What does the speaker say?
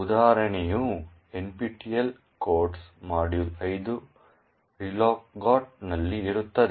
ಉದಾಹರಣೆಯು nptel codesmodule5relocgot ನಲ್ಲಿ ಇರುತ್ತದೆ